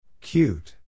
Cute